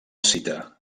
cita